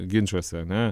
ginčuose ane